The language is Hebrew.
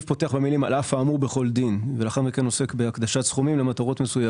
מוצע כאן להגדיל את הסכום ל-70 מיליון